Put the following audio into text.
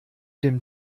dem